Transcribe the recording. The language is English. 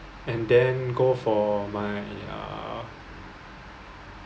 and then go for my uh